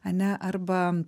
ane arba